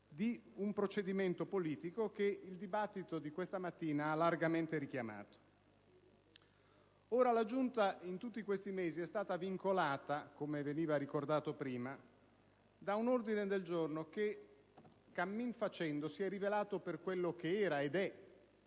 di un procedimento politico che il dibattito di questa mattina ha largamente richiamato. La Giunta in tutti questi mesi è stata vincolata - come veniva ricordato prima - da un ordine del giorno che cammin facendo si è rivelato per quello che era ed è: